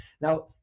Now